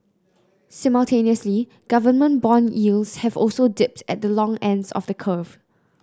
simultaneously government bond yields have also dipped at the long ends of the curve